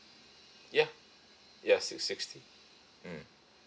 ya ya so sixty mm